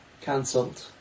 Cancelled